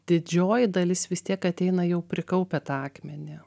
didžioji dalis vis tiek ateina jau prikaupę tą akmenį